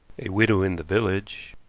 a widow in the village,